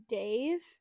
days